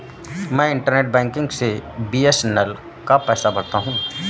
मैं internet banking से BSNL का पैसा भरता हूं